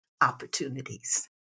opportunities